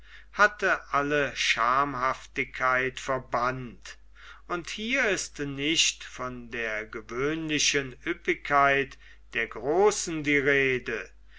hatte alle schamhaftigkeit verbannt und hier ist nicht von der gewöhnlichen ueppigkeit der großen die rede